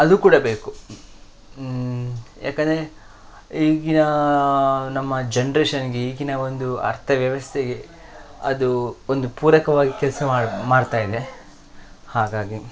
ಅದು ಕೂಡ ಬೇಕು ಯಾಕೆಂದ್ರೆ ಈಗಿನ ನಮ್ಮ ಜನ್ರೇಷನ್ನಿಗೆ ಈಗಿನ ಒಂದು ಅರ್ಥ ವ್ಯವಸ್ಥೆಗೆ ಅದು ಒಂದು ಪೂರಕವಾಗಿ ಕೆಲಸ ಮಾಡಿ ಮಾಡ್ತಾ ಇದೆ ಹಾಗಾಗಿ